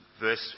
verse